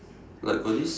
like got this